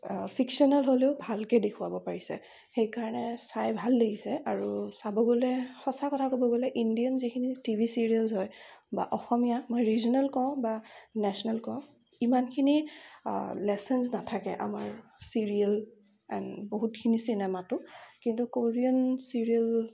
fictional হ'লেও ভালকৈ দেখুৱাব পাৰিছে সেইকাৰণে চাই ভাল লাগিছে আৰু চাব গ'লে সঁচা কথা ক'ব গ'লে ইণ্ডিয়ান যিখিনি টি ভি চিৰিয়েলচ হয় বা অসমীয়া মই ৰিজনেল কওঁ বা নেচনেল কওঁ ইমানখিনি লেছনচ নাথাকে আমাৰ চিৰিয়েল এণ্ড বহুতখিনি চিনেমাটো কিন্তু কোৰিয়ান চিৰিয়েল